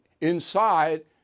inside